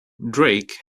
drake